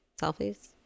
Selfies